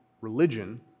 religion